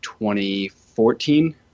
2014